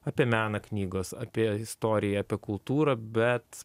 apie meną knygos apie istoriją apie kultūrą bet